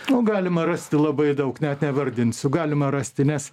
to galima rasti labai daug net nevardinsiu galima rasti nes